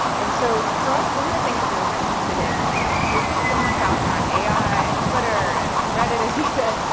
and so, for us, one of the things that we are interested in is there's just so much out there on ai and twitter and reddit, as you said,